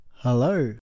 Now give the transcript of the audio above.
Hello